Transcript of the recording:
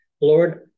Lord